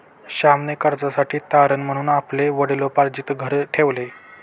श्यामने कर्जासाठी तारण म्हणून आपले वडिलोपार्जित घर ठेवले